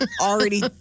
Already